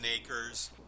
acres